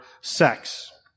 sex